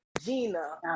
gina